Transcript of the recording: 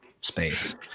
space